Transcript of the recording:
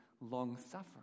long-suffering